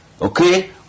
okay